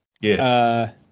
Yes